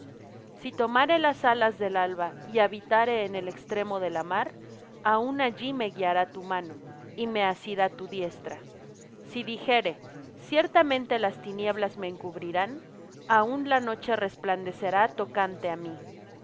si tomare las alas del alba y habitare en el extremo de la mar aun allí me guiará tu mano y me asirá tu diestra si dijere ciertamente las tinieblas me encubrirán aun la noche resplandecerá tocante á mí